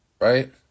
Right